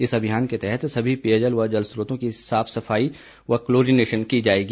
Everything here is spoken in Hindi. इस अभियान के तहत सभी पेयजल व जल स्त्रोतों की सफाई व क्लोरिनेशन की जाएगी